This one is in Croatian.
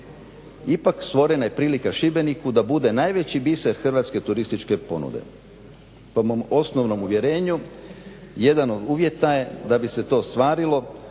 Ipak stvorena je prilika Šibeniku da bude najveći biser hrvatske turističke ponude. Po mom osnovnom uvjerenju jedan od uvjeta je da bi se to ostvarilo